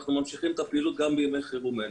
אנחנו ממשיכים את הפעילות גם בימי חירום אלה.